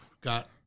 Got